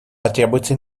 потребуются